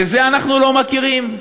בזה אנחנו לא מכירים?